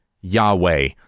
Yahweh